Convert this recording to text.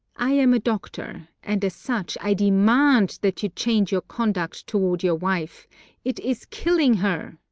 i am a doctor, and as such i demand that you change your conduct toward your wife it is killing her.